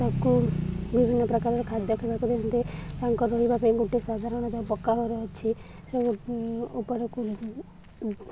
ତାକୁ ବିଭିନ୍ନ ପ୍ରକାରର ଖାଦ୍ୟ ଖାଇବାକୁ ଦିଅନ୍ତି ତାଙ୍କ ରହିବା ପାଇଁ ଗୋଟେ ସାଧାରଣତଃ ପକ୍କା ଘର ଅଛି ଉପରକୁ